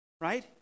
right